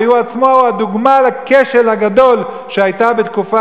הרי הוא עצמו דוגמה לכשל הגדול שהיה בתקופה